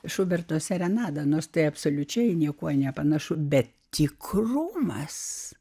šuberto serenadą nors tai absoliučiai niekuo nepanašu bet tik rūmas